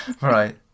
Right